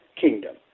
kingdom